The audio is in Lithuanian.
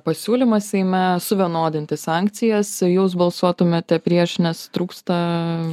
pasiūlymas seime suvienodinti sankcijas jūs balsuotumėte prieš nes trūksta